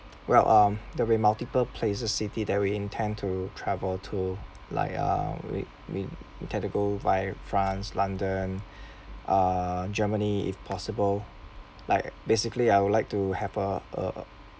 well um there'll be multiple places city that we intend to travel to like uh we we intend to go via france london uh germany if possible like basically I would like to have a uh